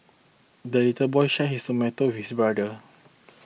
the little boy shared his tomato with his brother